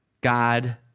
God